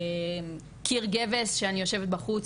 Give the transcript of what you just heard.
קיר גבס שאני יושבת בחוץ